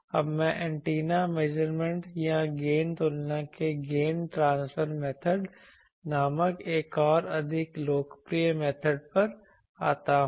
अब मैं antenna measurement या गेन तुलना के गेन ट्रांसफर मेथड नामक एक और अधिक लोकप्रिय मेथड पर आता हूं